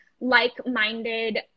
like-minded